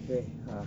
okay ah